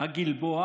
הגלבוע